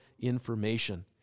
information